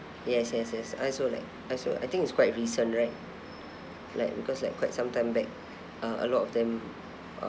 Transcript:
yes yes yes I also like I also I think it's quite recent right like because like quite sometime back uh a lot of them uh